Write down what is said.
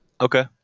Okay